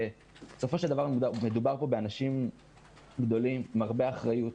מדובר כאן באנשים עם הרבה אחריות.